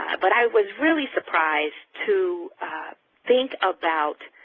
but i was really surprised to think about